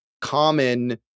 common